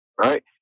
right